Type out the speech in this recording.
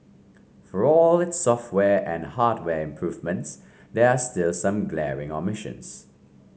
for all its software and hardware improvements there are still some glaring omissions